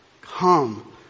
Come